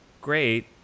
great